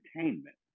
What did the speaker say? entertainment